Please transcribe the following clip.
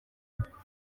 rwagezeho